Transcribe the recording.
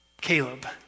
Caleb